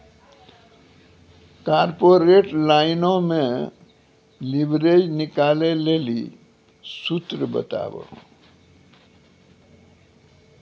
corporate लाइनो मे leverage निकालै लेली सूत्र बताबो